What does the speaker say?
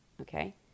okay